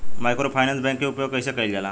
Microfinance bank के उपयोग कइसे कइल जाला?